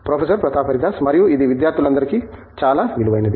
professor Pratap Haridas మరియు ఇది విద్యార్థులందరికీ చాలా విలువైనది